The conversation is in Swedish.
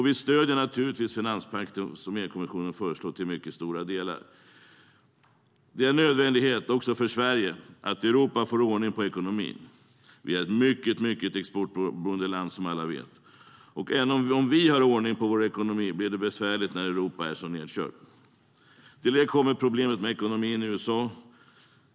Vi stöder till stor del finanspakten som EU-kommissionen föreslår. Det är en nödvändighet också för Sverige att Europa får ordning på ekonomin. Vi är som alla vet ett mycket exportberoende land. Även om vi har ordning på ekonomin blir det besvärligt när Europa är nedkört. Till detta kommer problemet med ekonomin i USA.